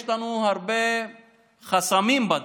יש לנו הרבה חסמים בדרך.